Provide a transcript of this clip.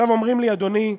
אומרים לי, אדוני,